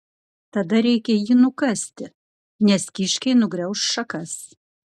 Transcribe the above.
tada reikia jį nukasti nes kiškiai nugrauš šakas